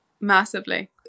Massively